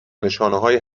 نشانههایی